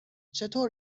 چطور